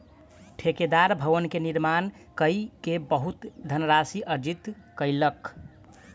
ठेकेदार भवन के निर्माण कय के बहुत धनराशि अर्जित कयलक